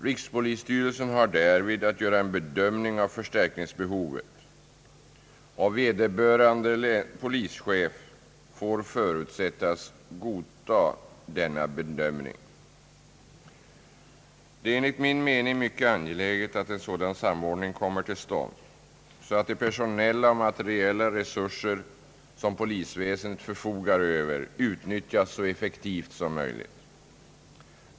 Rikspolisstyrelsen har därvid att göra en bedömning av förstärkningsbehovet, och vederbörande polischef får förutsättas godta denna bedömning. Det är enligt min mening mycket angeläget att en sådan samordning kommer till stånd, så att de personella och materiella resurser som polisväsendet förfogar över utnyttjas så effektivt som möjligt.